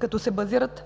като се базират